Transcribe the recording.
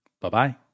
bye-bye